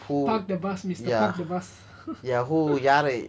park the bus mister park the bus